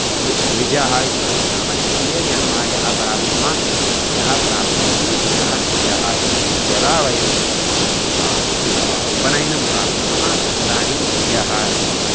द्विजः द्विजः इति वर्तते नाम द्वितीयजन्म यः प्राप्तवान् यः प्राप्नोति सः द्विजः इति यदा वयं उपनयनं प्राप्नुमः तदानीं द्विजः इति